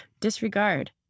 disregard